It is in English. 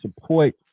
support